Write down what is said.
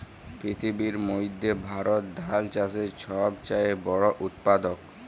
পিথিবীর মইধ্যে ভারত ধাল চাষের ছব চাঁয়ে বড় উৎপাদক